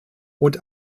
und